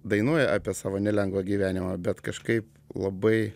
dainuoja apie savo nelengvą gyvenimą bet kažkaip labai